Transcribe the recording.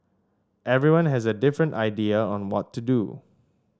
everyone has a different idea on what to do